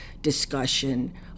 discussion